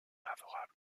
favorable